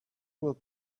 will